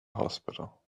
hospital